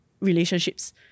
relationships